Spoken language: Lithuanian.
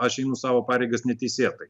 aš einu savo pareigas neteisėtai